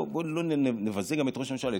בוא לא נבזה גם את ראש הממשלה.